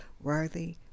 worthy